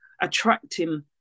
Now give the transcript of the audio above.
attracting